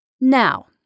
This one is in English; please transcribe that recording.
Now